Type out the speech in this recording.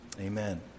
Amen